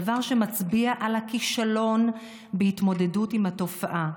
דבר שמצביע על הכישלון בהתמודדות עם התופעה.